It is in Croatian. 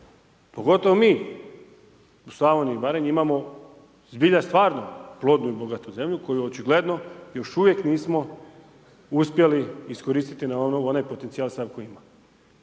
Pogotovo mi u Slavoniji i Baranji imamo zbilja stvarno plodnu i bogatu zemlju koju očigledno još uvijek nismo uspjeli iskoristiti na onaj potencijal sav koji ima.